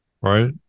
right